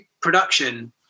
production